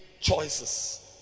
choices